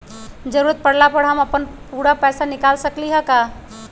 जरूरत परला पर हम अपन पूरा पैसा निकाल सकली ह का?